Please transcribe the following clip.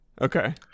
Okay